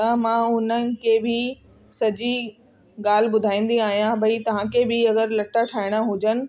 त मां हुननि खे बि सॼी ॻाल्हि ॿुधाईंदी आहियां भई तव्हांखे बि अगरि लटा ठाहिणा हुजनि